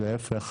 להפך,